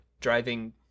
driving